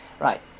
Right